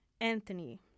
Anthony